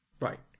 Right